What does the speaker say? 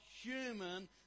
human